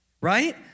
right